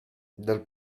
dal